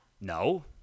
No